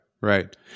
Right